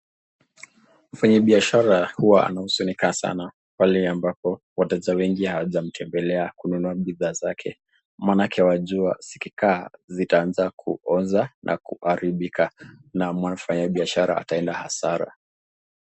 Mfanya biashara hua anahuzunika sanaa pale ambapo wateja wengi hawajamtembelea kununua bidhaa zake maanake unajua zikikaa zitaanza kuoza na kuharibika na mfanyabiashara ataenda hasara